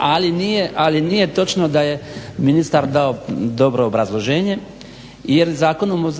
ali nije točno da je ministar dao dobro obrazloženje jer Zakonom